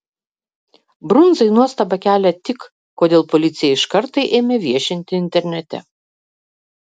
brundzai nuostabą kelia tik kodėl policija iškart tai ėmė viešinti internete